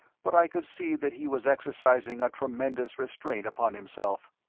but i could see that he was exercising a tremendous restraint upon himself.